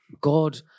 God